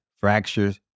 fractures